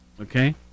okay